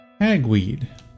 hagweed